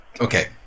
Okay